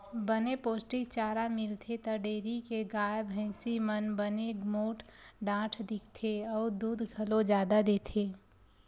बने पोस्टिक चारा मिलथे त डेयरी के गाय, भइसी मन बने मोठ डांठ दिखथे अउ दूद घलो जादा देथे